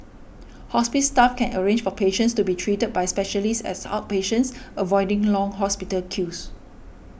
hospice staff can arrange for patients to be treated by specialists as outpatients avoiding long hospital queues